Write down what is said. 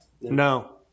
no